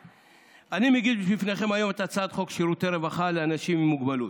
אני מגיש בפניכם היום את הצעת חוק שירותי רווחה לאנשים עם מוגבלות,